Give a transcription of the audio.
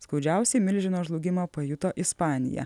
skaudžiausiai milžino žlugimą pajuto ispanija